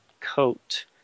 coat